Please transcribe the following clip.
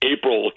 April